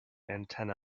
antenna